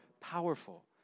powerful